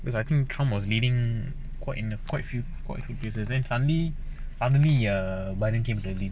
cause I think trump was leading quite in a quite few quite few places then suddenly suddenly err biden came leading